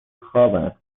خوابه